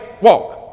walk